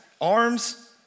arms